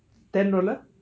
ten dollar